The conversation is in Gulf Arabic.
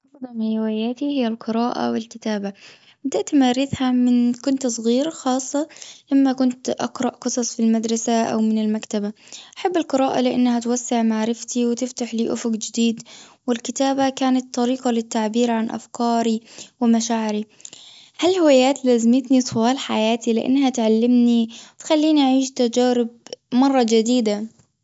أفضل هواياتي هي القراءة والكتابة. بدأت أمارسها من كنت صغيرة خاصة لما كنت أقرأ قصص في المدرسة أو من المكتبة. أحب القراءة لأنها توسع معرفتي وتفتح لي آفق جديد. والكتابة كانت طريقة للتعبير عن أفكاري ومشاعري. هاي الهوايات طوال حياتي لأنها تعلمني وتخليني أعيش تجارب مرة جديدة.